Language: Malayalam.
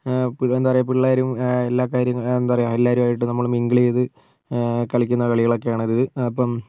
പിന്നെ എന്താ പറയാ പിള്ളേരും എല്ലാ കാര്യങ്ങൾ എന്താ പറയാ എല്ലവരുമായിട്ട് നമ്മൾ മിങ്കിൾ ചെയ്ത് കളിക്കുന്ന കളികളൊക്കെയാണത് അപ്പം